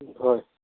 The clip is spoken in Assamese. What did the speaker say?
হয়